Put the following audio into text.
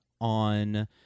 on